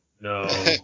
No